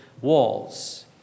walls